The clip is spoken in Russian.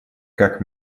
как